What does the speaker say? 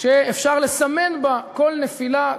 שאפשר לסמן בה כל נפילה,